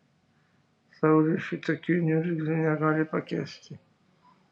saulius šitokių niurgzlių negali pakęsti